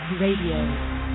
Radio